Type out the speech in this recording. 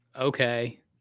Okay